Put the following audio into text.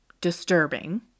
disturbing